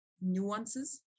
nuances